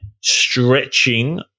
stretching